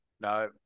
No